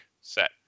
set